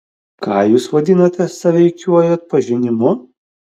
ką jūs vadinate sąveikiuoju atpažinimu